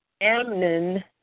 Amnon